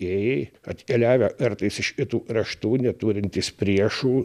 vėjai atkeliavę kartais iš kitų kraštų neturintys priešų